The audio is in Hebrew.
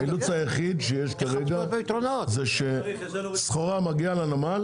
האילוץ היחיד שיש כרגע זה שסחורה מגיעה לנמל